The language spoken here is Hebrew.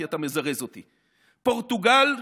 כי אתה מזרז אותי: פורטוגל,